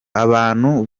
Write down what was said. abantu